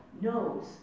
knows